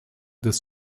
des